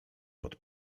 pod